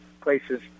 places